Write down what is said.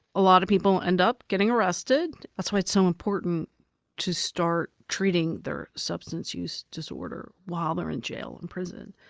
a lot of people end up getting arrested. that's why it's so important to start treating their substance use disorder while they're in jail, in prison,